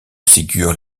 ségur